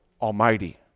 Almighty